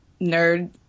nerd